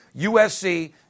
USC